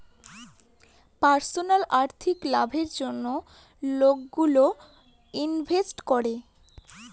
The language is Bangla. পার্সোনাল আর্থিক লাভের জন্য লোকগুলো ইনভেস্ট করে